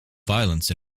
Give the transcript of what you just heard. violence